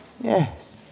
Yes